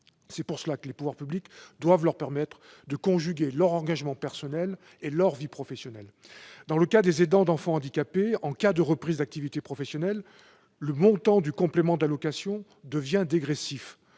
C'est pourquoi les pouvoirs publics doivent leur permettre de conjuguer leur engagement personnel et leur vie professionnelle. Pour ce qui concerne les aidants d'enfants handicapés, en cas de reprise d'activité professionnelle, le montant du complément d'allocation devient dégressif.